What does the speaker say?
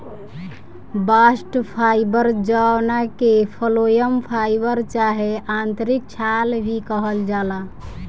bast fibre जवना के phloem fibre चाहे आंतरिक छाल भी कहल जाला